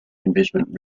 investment